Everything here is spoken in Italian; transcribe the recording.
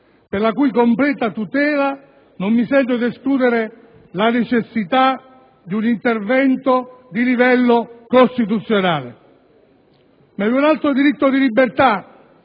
per la cui completa tutela non mi sento di escludere la necessità di un intervento di livello costituzionale. Ma vi è un altro diritto di libertà